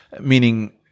meaning